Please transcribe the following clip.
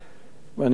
ואני לא בטוח,